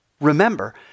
Remember